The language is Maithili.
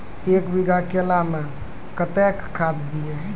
एक बीघा केला मैं कत्तेक खाद दिये?